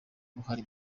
uruhare